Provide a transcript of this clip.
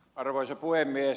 arvoisa puhemies